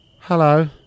Hello